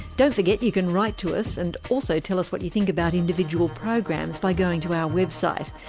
don't forget you can write to us and also tell us what you think about individual programs by going to our website,